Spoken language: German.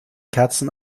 kerzen